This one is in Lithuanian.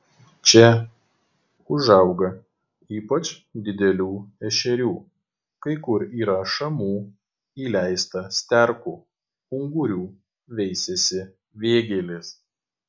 čia užauga ypač didelių ešerių kai kur yra šamų įleista sterkų ungurių veisiasi vėgėlės